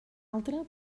altra